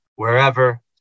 wherever